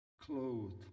clothed